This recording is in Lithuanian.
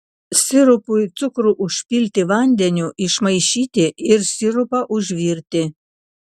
sirupui cukrų užpilti vandeniu išmaišyti ir sirupą užvirti